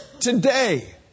today